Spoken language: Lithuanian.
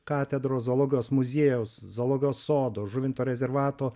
katedros zoologijos muziejaus zoologijos sodo žuvinto rezervato